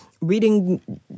reading